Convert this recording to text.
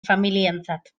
familientzat